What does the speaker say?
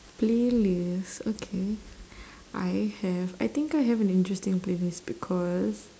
playlist okay I have I think I have an interesting playlist because